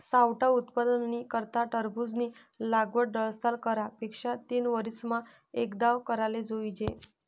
सावठा उत्पादननी करता टरबूजनी लागवड दरसाल करा पेक्षा तीनवरीसमा एकदाव कराले जोइजे